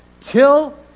till